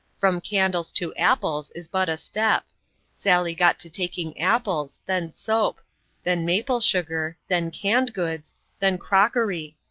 from candles to apples is but a step sally got to taking apples then soap then maple-sugar then canned goods then crockery.